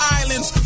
islands